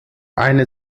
eine